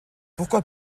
pourquoi